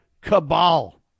cabal